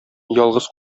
ялгыз